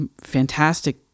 fantastic